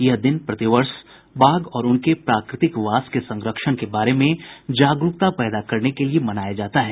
यह दिन प्रतिवर्ष बाघ और उनके प्राकृतिक वास के सरंक्षण के बारे में जागरूकता पैदा करने के लिए मनाया जाता है